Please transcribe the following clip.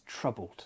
troubled